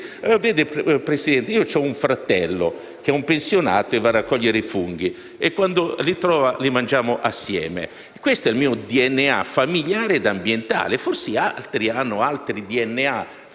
stessi. Presidente, ho un fratello che è un pensionato e raccoglie i funghi e, quando li trova, li mangiamo assieme. Questo è il mio DNA familiare e ambientale. Forse altri hanno diversi DNA ambientali